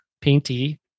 Painty